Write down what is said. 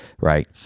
right